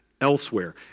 elsewhere